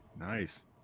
Nice